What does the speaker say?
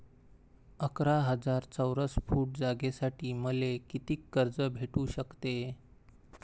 अकरा हजार चौरस फुट जागेसाठी मले कितीक कर्ज भेटू शकते?